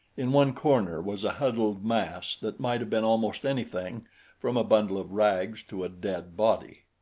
in one corner was a huddled mass that might have been almost anything from a bundle of rags to a dead body.